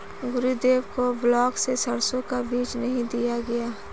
गुरुदेव को ब्लॉक से सरसों का बीज नहीं दिया गया